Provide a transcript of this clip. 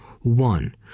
one